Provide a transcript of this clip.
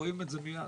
רואים את זה מיד.